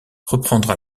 reprendra